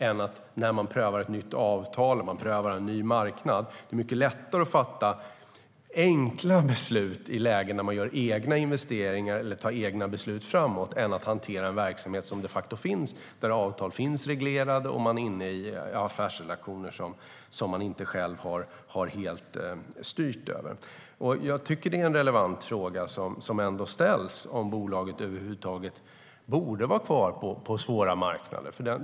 Att pröva ett nytt avtal eller en ny marknad och kunna göra egna investeringar eller ta egna beslut framåt är lättare än att hantera en verksamhet som de facto redan finns och där avtal är reglerade och man är inne i affärsrelationer som man inte har styrt över själv. Det är en relevant fråga som ställs, och den ställs gång efter annan: Bör bolaget över huvud taget vara kvar på svåra marknader?